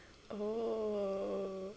oh